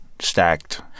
stacked